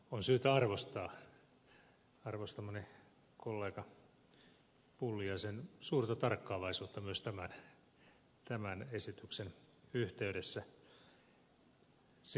on syytä arvostaa arvostamani kollega pulliaisen suurta tarkkaavaisuutta myös tämän esityksen yhteydessä